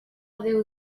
déu